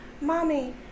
mommy